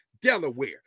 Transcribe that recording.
Delaware